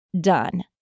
done